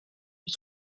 ils